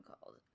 called